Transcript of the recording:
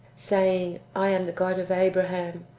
saying, i am the god of abraham,